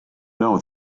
know